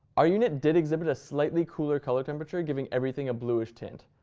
our unit did exhibit a slightly cooler color temperature, giving everything a blueish tint.